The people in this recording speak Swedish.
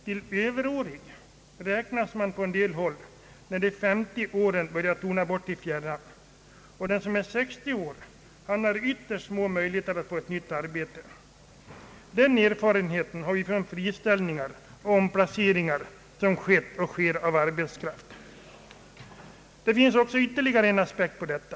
Som Ööverårig räknas man på en del håll, när de 50 åren börjar tona bort i fjärran. Den som är 60 år har ytterst små möjligheter att få ett nytt arbete — den erfarenheten har vi gjort av de friställningar och omplaceringar som skett och sker av arbetskraft. Det finns ytterligare en aspekt på detta.